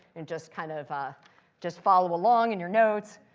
and just kind of ah just follow along in your notes.